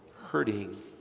hurting